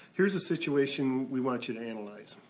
here's a situation we want you to analyze.